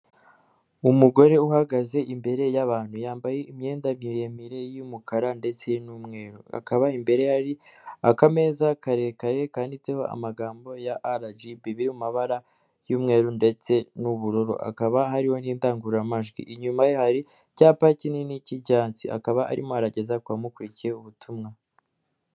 Umugore uhagaze imbere y'abantu yambaye imyenda miremire y'umukara ndetse n'umweru akaba imbere ari akameza karerekare kanditseho amagambo ya RGB biri mu mabara y'umweru ndetse n'ubururu akaba hariho n'indangururamajwi inyuma hari icyapa kinini cy'icyatsi hakaba arimo arageza kuba mukurikiye ubutumwa.